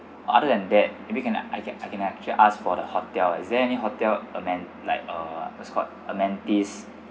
or other than that maybe can I can I can actually asked for the hotel is there any hotel amen~ like uh what's called amenities